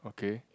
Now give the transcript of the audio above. okay